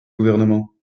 gouvernement